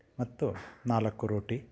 ಮತ್ತು ನಾಲ್ಕು ರೋಟಿ